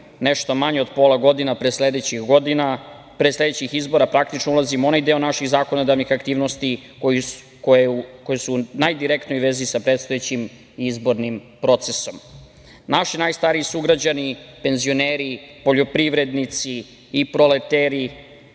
nešto manje od pola godine, a pre sledećih izbora praktično ulazimo u onaj deo naših zakonodavnih aktivnosti koje su u najdirektnijoj vezi sa predstojećim izbornim procesom. Naši najstariji sugrađani, penzioneri, poljoprivrednici i proleteri